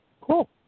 Cool